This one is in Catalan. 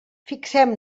fixem